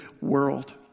world